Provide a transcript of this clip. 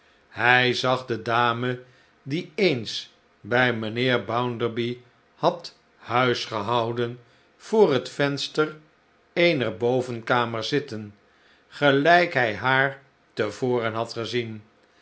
hij zag de dame die eens by mijnheer bounderby had huisgehouden voor het venster eener bovenkamer zitten gelijk hij haar te voren had gezien